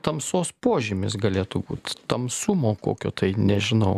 tamsos požymis galėtų būt tamsumo kokio tai nežinau